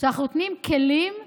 שאנחנו נותנים כלים לאזרחים,